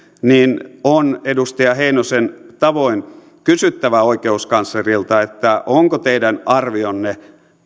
niin on edustaja heinosen tavoin kysyttävä oikeuskanslerilta onko teidän arvionne